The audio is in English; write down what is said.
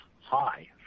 high